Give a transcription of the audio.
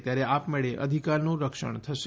ત્યારે આપમેળે અધિકારનું રક્ષણ થશે